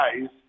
guys